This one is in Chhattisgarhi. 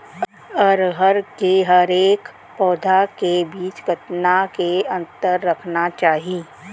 अरहर के हरेक पौधा के बीच कतना के अंतर रखना चाही?